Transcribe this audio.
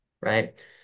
right